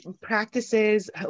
practices